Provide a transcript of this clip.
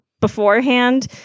beforehand